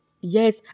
Yes